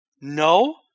No